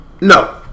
No